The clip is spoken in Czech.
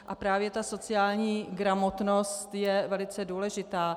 A právě ta sociální gramotnost je velice důležitá.